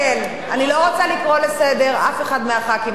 אני לא רוצה לקרוא לסדר אף אחד מחברי הכנסת עכשיו,